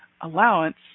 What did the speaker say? allowance